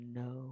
no